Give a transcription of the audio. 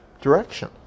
direction